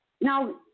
Now